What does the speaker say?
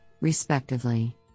respectively